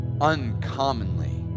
uncommonly